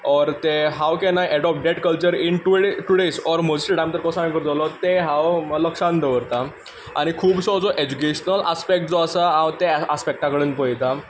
ओर तें how can I adopt that culture in today's or mostly आमी कसो हें करतलों तें हांव लक्षांत दवरतां आनी खुबसो जो एज्युकेशनल आस्पेक्ट जो आसा हांव ते आस्पेक्टा कडेन पळयतां